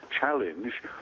challenge